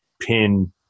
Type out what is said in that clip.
pin